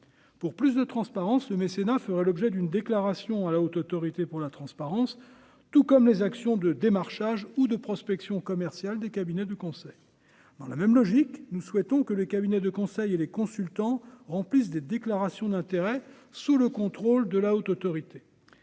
pour plus de transparence, le mécénat, ferait l'objet d'une déclaration à la Haute autorité pour la transparence, tout comme les actions de démarchage ou de prospection commerciale des cabinets de conseil dans la même logique, nous souhaitons que le cabinet de conseil, et les consultants remplissent des déclarations d'intérêts sous le contrôle de la Haute autorité,